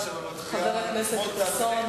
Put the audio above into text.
חבר הכנסת חסון,